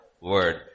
word